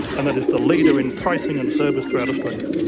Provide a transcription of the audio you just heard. and that is the leader in pricing and service throughout australia?